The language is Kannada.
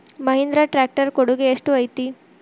ಮಹಿಂದ್ರಾ ಟ್ಯಾಕ್ಟ್ ರ್ ಕೊಡುಗೆ ಎಷ್ಟು ಐತಿ?